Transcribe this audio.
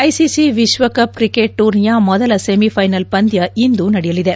ICC ವಿಶ್ವಕಪ್ cricket ಟೂರ್ನಿಯ ಮೊದಲ ಸೆಮಿಥೈನಲ್ ಪಂದ್ಯ ಇಂದು ನಡೆಯಲಿದೆ